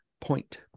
point